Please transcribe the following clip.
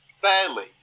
Fairly